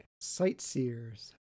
Sightseers